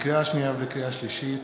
לקריאה שנייה ולקריאה שלישית,